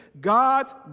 God's